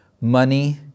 Money